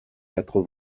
quatre